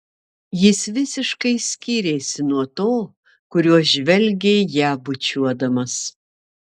jis visiškai skyrėsi nuo to kuriuo žvelgė ją bučiuodamas